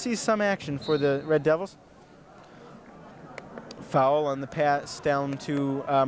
sees some action for the red devils foul on the pass down to